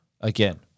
again